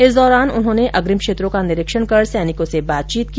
इस दौरान उन्होंने अग्रिम क्षेत्रों का निरीक्षण कर सैनिकों से बातचीत की